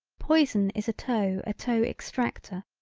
poison is a toe a toe extractor,